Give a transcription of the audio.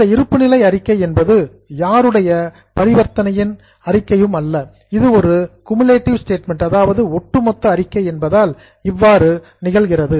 இந்த இருப்பு நிலை அறிக்கை என்பது யாருடைய டிரன்சாக்சன் பரிவர்த்தனையின் அறிக்கை அல்ல இது ஒரு குமுலேட்டிவ் ஸ்டேட்மெண்ட் ஒட்டுமொத்த அறிக்கை என்பதால் இவ்வாறு நிகழ்கிறது